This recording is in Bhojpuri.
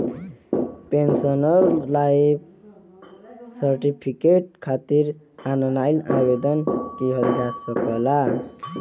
पेंशनर लाइफ सर्टिफिकेट खातिर ऑनलाइन आवेदन किहल जा सकला